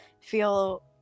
feel